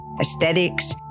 aesthetics